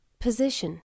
position